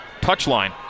touchline